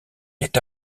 est